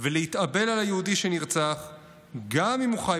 ולהתאבל על היהודי שנרצח גם אם הוא חי